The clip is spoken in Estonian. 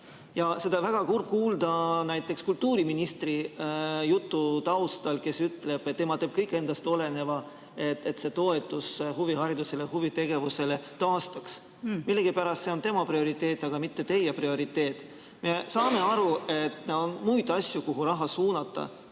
Ja seda on väga kurb kuulda näiteks kultuuriministri jutu taustal, kes ütleb, et tema teeb kõik endast oleneva, et see toetus huviharidusele ja huvitegevusele taastataks. Millegipärast see on tema prioriteet, aga mitte teie prioriteet. Me saame aru, et on muid asju, kuhu on vaja raha suunata.